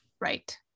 Right